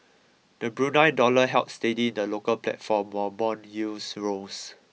the Brunei dollar held steady in the local platform while bond yields rose